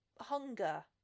Hunger